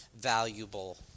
valuable